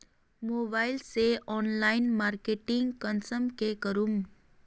Mobile से online marketing कुंसम के करूम?